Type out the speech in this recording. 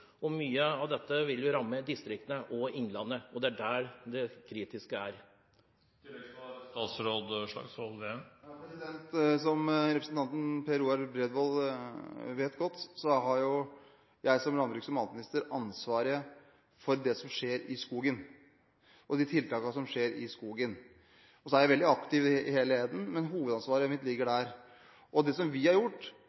og mye av dette vil ramme distriktene og innlandet. Det er det som er det kritiske. Som representanten Per Roar Bredvold vet godt, har jeg som landbruks- og matminister ansvaret for det som skjer i skogen, og for tiltakene der. Så er jeg veldig aktiv i helheten, men hovedansvaret mitt ligger